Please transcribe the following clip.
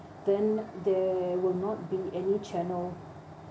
then there will not be any channel